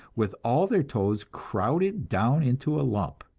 with all their toes crowded down into a lump.